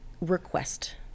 request